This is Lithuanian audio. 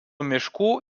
miškų